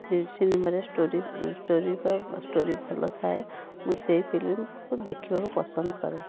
ଯେଉଁ ସିନେମାରେ story story story ଭଲଥାଏ ମୁଁ ସେଇ ଫିଲ୍ମକୁ ଦେଖିବାକୁ ପସନ୍ଦକରେ